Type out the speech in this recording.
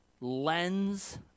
lens